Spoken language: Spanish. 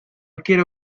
quiero